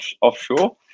offshore